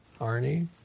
Arnie